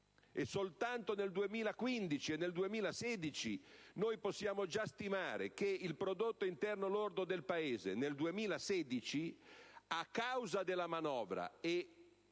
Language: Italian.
soltanto nel 2015 e nel 2016 possiamo già stimare che il prodotto interno lordo del Paese, a causa della manovra e